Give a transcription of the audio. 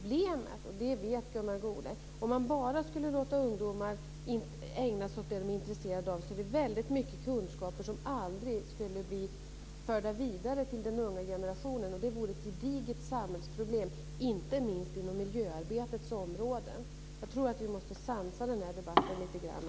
Gunnar Goude vet att problemet med att låta ungdomar bara ägna sig åt det som de är intresserade av är att mycken kunskap då aldrig skulle bli förd vidare till den unga generationen. Det skulle vara ett gediget samhällsproblem, inte minst inom miljöområdet. Jag tror att vi måste sansa den här debatten lite grann.